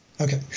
Okay